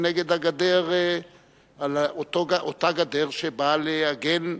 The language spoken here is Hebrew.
ההפגנות הן נגד הגדר, אותה גדר שבאה להגן,